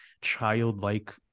childlike